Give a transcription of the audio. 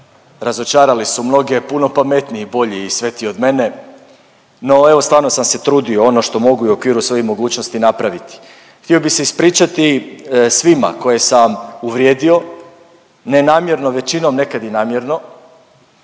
razočarali su mnoge puno pametniji i bolji i svetiji od mene. No evo stvarno sam se trudio ono što mogu i u okviru svojih mogućnosti napraviti. Htio bi se ispričati svima koje sam uvrijedio, ne namjerno,